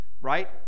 right